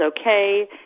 okay